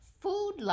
Food